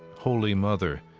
holy mother,